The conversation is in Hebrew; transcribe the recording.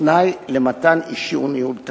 כתנאי למתן אישור ניהול תקין.